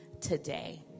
today